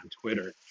Twitter